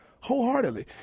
wholeheartedly